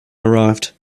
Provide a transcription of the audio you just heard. arrived